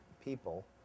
people